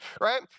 right